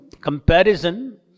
comparison